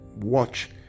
watch